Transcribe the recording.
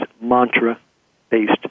mantra-based